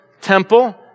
temple